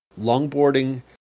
longboarding